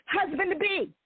husband-to-be